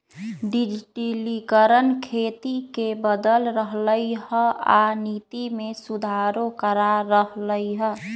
डिजटिलिकरण खेती के बदल रहलई ह आ नीति में सुधारो करा रह लई ह